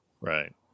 Right